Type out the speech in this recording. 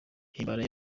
himbara